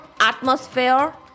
atmosphere